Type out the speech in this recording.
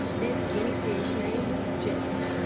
this guinea pig's name was jeff,